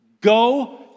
go